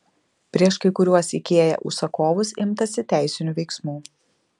prieš kai kuriuos ikea užsakovus imtasi teisinių veiksmų